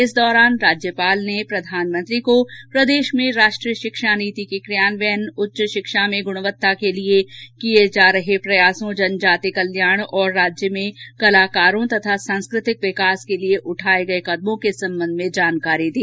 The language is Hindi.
इस दौरान राज्यपाल ने श्री मोदी को प्रदेश में राष्ट्रीय शिक्षा नीति के क्रियान्वयन उच्च शिक्षा में गृणवत्ता के लिए किए जा रहे राजभवन के प्रयासों जनजातीय कल्याण और राज्य में कलाकारों और सांस्कृतिक विकास के लिए उठाये गए कदमों के संबंध में जानकारी दी